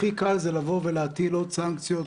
הכי קל זה לבוא ולהטיל עוד סנקציות,